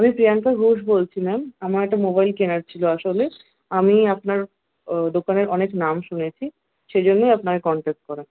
আমি প্রিয়াঙ্কা ঘোষ বলছিলাম আমার একটা মোবাইল কেনার ছিল আসলে আমি আপনার দোকানের অনেক নাম শুনেছি সেই জন্যই আপনাকে কন্ট্যাক্ট করা